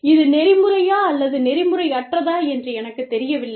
இது நெறிமுறையா அல்லது நெறிமுறையற்றதா என்று எனக்குத் தெரியவில்லை